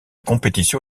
compétition